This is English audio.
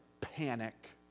panic